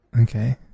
okay